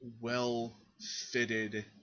well-fitted